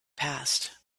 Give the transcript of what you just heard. past